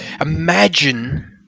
imagine